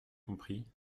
compris